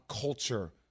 culture